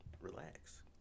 relax